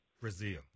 Brazil